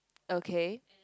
okay